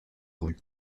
rue